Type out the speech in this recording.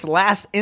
last